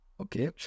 Okay